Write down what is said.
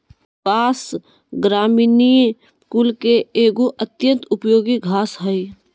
बाँस, ग्रामिनीई कुल के एगो अत्यंत उपयोगी घास हइ